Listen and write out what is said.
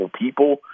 people